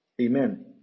Amen